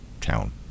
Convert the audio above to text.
Town